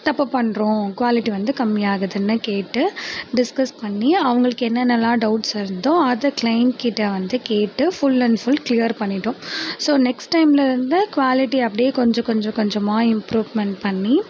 தப்பு பண்ணுறோம் குவாலிட்டி வந்து கம்மியாகுதுன்னு கேட்டு டிஸ்கஸ் பண்ணி அவங்களுக்கு என்னென்னலாம் டவுட்ஸ் வருதோ அதை க்ளைன்ட் கிட்டே வந்து கேட்டு ஃபுல் அண்ட் ஃபுல் கிளியர் பண்ணிவிட்டோம் ஸோ நெக்ஸ்ட் டைம்லிருந்து குவாலிட்டி அப்படியே கொஞ்சம் கொஞ்சம் கொஞ்சமாக இம்ப்ரூவ்மெண்ட் பண்ணி